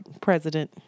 president